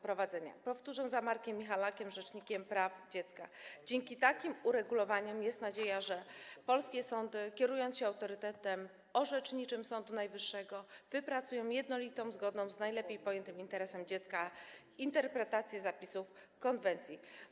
Powtórzę za Markiem Michalakiem, rzecznikiem praw dziecka: dzięki takim uregulowaniom jest nadzieja, że polskie sądy, kierując się autorytetem orzeczniczym Sądu Najwyższego, wypracują jednolitą, zgodną z najlepiej pojętym interesem dziecka interpretację zapisów konwencji.